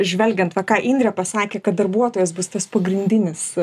žvelgiant va ką indrė pasakė kad darbuotojas bus tas pagrindinis